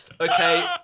Okay